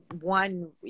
one